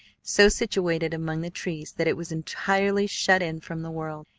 so situated among the trees that it was entirely shut in from the world.